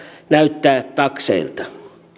näyttää takseilta